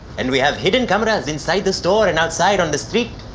and we have hidden cameras inside the store and outside on the streets.